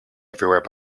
everywhere